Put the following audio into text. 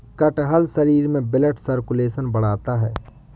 कटहल शरीर में ब्लड सर्कुलेशन बढ़ाता है